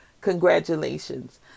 congratulations